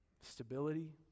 stability